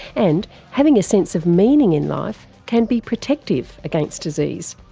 and having a sense of meaning in life can be protective against disease.